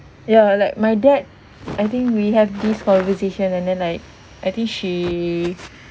ya like my dad I think we have this conversation and then like I think she